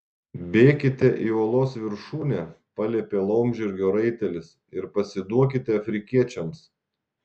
bėkite į uolos viršūnę paliepė laumžirgio raitelis ir pasiduokite afrikiečiams